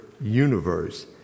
universe